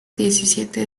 diecisiete